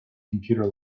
computer